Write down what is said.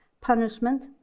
punishment